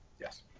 Yes